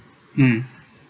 mm